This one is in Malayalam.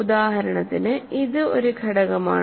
ഉദാഹരണത്തിന് ഇത് ഒരു ഘടകമാണ്